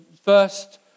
first